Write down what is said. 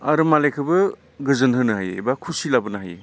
आरो मालायखौबो गोजोनहोनो हायो एबा खुसि लाबोनो हायो